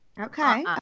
okay